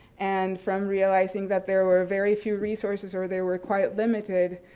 and from realizing that there were very few resources, or they were quite limited,